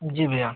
जी भैया